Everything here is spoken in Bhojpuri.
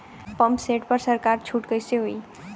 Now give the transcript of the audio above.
पंप सेट पर सरकार छूट कईसे होई?